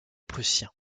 prussiens